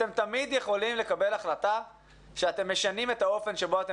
אתם תמיד יכולים לקבל החלטה שאתם משנים את האופן שבו אתם